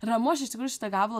ramu aš iš tikrųjų šitą gabalą